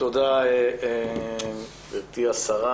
תודה גברתי השרה,